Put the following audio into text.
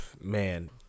man